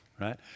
right